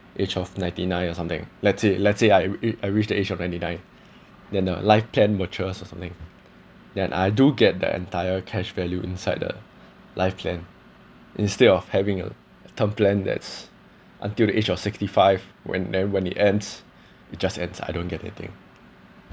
age of ninety nine or something let's say let's say I would it I reach the age of ninety nine then the life plan matures or something then I do get the entire cash value inside the life plan instead of having uh a term plan that's until the age of sixty five when then when it ends it just adds I don't get anything